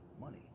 money